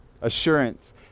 assurance